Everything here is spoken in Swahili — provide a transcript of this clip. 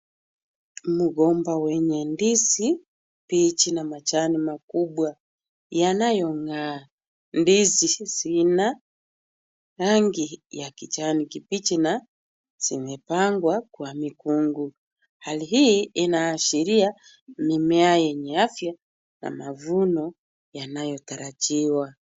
Mgomba wa aina ndizi mbichi na majani makubwa yanayong'aa. Ndizi zina rang ya kijani kibichi na zimepangwa kwa mikungu. Hali hii inaashiria mimea yenye afya na mavuno yanayotarajiwa.